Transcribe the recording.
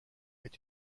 est